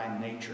nature